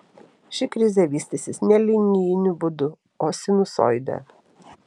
ši krizė vystysis ne linijiniu būdu o sinusoide